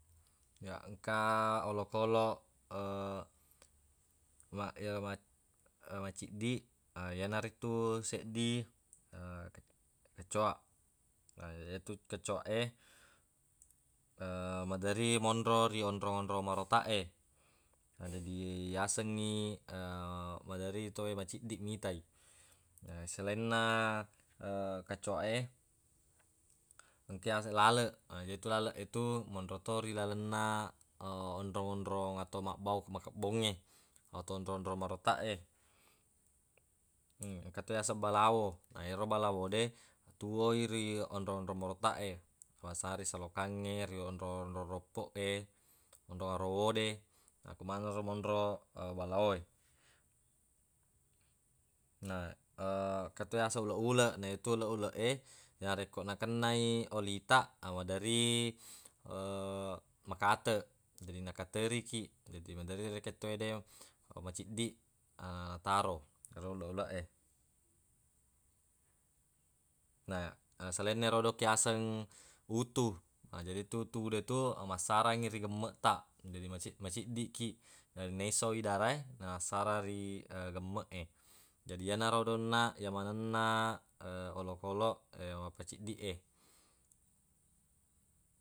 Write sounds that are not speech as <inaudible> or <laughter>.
Ya engka olokoloq <hesitation> ma- <hesitation> maciddiq ayanaritu seddi <hesitation> kecoa na yetu kecoa e <hesitation> maderri monro ri onro-onrong marotaq e <noise> jadi yasengngi <hesitation> maderri tawwe maciddiq mitai na selainna <hesitation> kecoa e engka yaseng laleq yetu laleq e tu monro to ri lalenna onro-onrong atu mabbau makebbongnge atau onro-onrong marotaq e engka to yaseng balawo na yero balawo de tuwoi ri onro-onrong marotaq e bangsana ri salokangnge ri onro-onrong roppo e onrong arowo de akku maneng ro monro <hesitation> balawo e na <hesitation> engka to yaseng uleq-uleq na yetu uleq-uleq e narekko nakennai oli taq amaderri <hesitation> makateq jadi nakateri kiq jadi maderri rekeng tawwe de maciddiq <hesitation> nataro ero uleq-uleq e na selainna ero engka riyaseng utu na jadi yetu utu e tu massarangngi ri gemmeq taq jadi <hesitation> maciddiq kiq na naisoi darae na massarang ri gemmeq e jadi yenaro onnaq ye manenna <hesitation> olokoloq mappaciddiq e.